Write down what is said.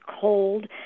cold